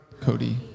Cody